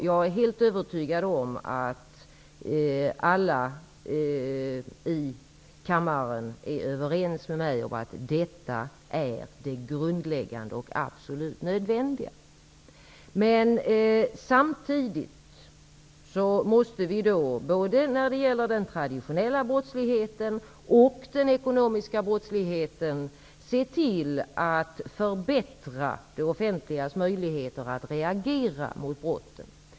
Jag är helt övertygad om att alla i kammaren är överens med mig om att detta är grundläggande och absolut nödvändigt. Samtidigt måste vi både när det gäller den traditionella brottsligheten och den ekonomiska brottsligheten se till att förbättra det offentligas möjligheter att reagera mot brotten.